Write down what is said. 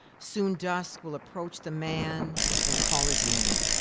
soon dusk will approach the man and call his name.